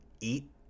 eat